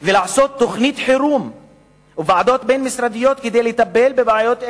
ולעשות תוכנית חירום וועדות בין-משרדיות כדי לטפל בבעיות אלה,